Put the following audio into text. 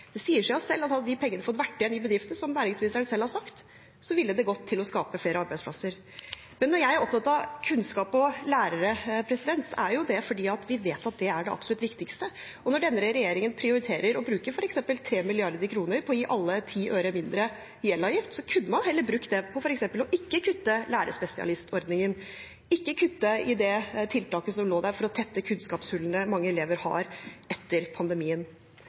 Det sier seg selv at hadde de pengene fått vært igjen i bedriftene – som næringsministeren selv har sagt – ville de gått til å skape flere arbeidsplasser. Men når jeg er opptatt av kunnskap og lærere, er det fordi vi vet at det er det absolutt viktigste. Når denne regjeringen prioriterer å bruke f.eks. 3 mrd. kr på å gi alle 10 øre mindre i elavgift, kunne man heller brukt det på f.eks. ikke å kutte i lærerspesialistordningen, ikke kutte i det tiltaket som lå der for å tette kunnskapshullene mange elever har etter pandemien.